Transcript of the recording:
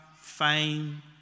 fame